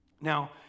Now